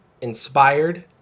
inspired